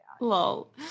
Lol